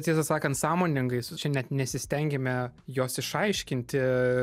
tiesa sakant sąmoningai čia net nesistengiame jos išaiškinti